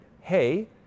hey